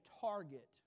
target